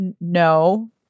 no